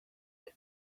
take